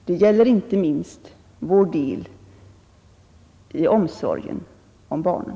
Det gäller inte minst vår del i omsorgen om barnen.